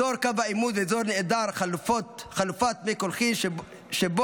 אזור קו עימות ואזור נעדר חלופת מי קולחין שבו